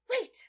Wait